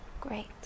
great